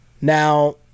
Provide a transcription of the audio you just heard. now